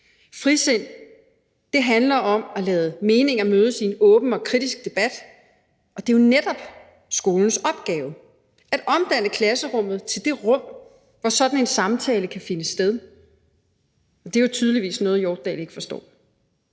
Frisind handler om at lade meninger mødes i en åben og kritisk debat, og det er jo netop skolens opgave at omdanne klasserummet til det rum, hvor sådan en samtale kan finde sted. Men det er jo tydeligvis noget, som Hjortdal ikke forstår.